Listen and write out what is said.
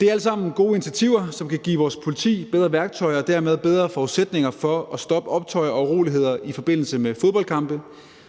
Det er alt sammen gode initiativer, som kan give vores politi bedre værktøjer og dermed bedre forudsætninger for at stoppe optøjer og uroligheder i forbindelse med fodboldkampe.